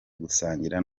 gusangira